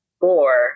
four